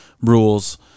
rules